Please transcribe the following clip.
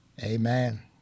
Amen